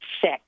Sick